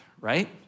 right